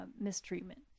mistreatment